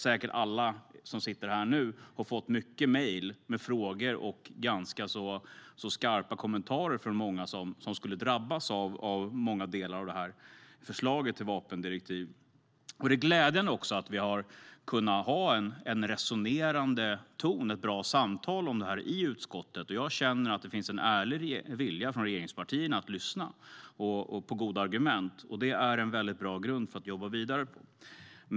Säkert har alla som nu sitter här fått mycket mejl med frågor och ganska skarpa kommentarer från många som skulle drabbas av olika delar av det här förslaget till vapendirektiv. Det är glädjande att vi har kunnat ha en resonerande ton och ett bra samtal om det här i utskottet. Jag känner att det finns en ärlig vilja från regeringspartierna att lyssna på goda argument, och det är en väldigt bra grund att jobba vidare på.